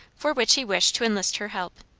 for which he wished to enlist her help.